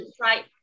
right